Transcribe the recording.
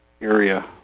area